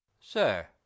Sir